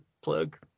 plug